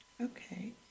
Okay